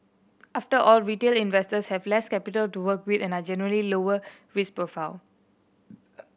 after all retail investors have less capital to work with and a generally lower risk profile